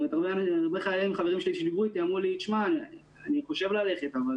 הרבה חיילים חברים שלי שדיברו איתי אמרו לי: אני חושב לעזוב,